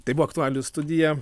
tai buvo aktualijų studija